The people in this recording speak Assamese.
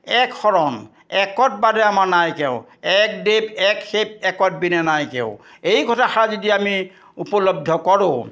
এক শৰণ একত বাদে আমাৰ নাই কেও এক দেৱ এক সেৱ একত বিনে নাই কেও এই কথাষাৰ যদি আমি উপলব্ধ কৰোঁ